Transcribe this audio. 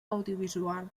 audiovisual